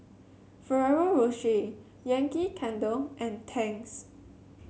Ferrero Rocher Yankee Candle and Tangs